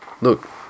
look